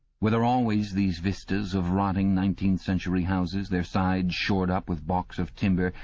were there always these vistas of rotting nineteenth-century houses, their sides shored up with baulks of timber,